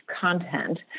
content